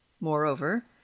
Moreover